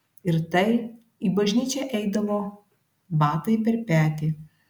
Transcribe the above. ir tai į bažnyčią eidavo batai per petį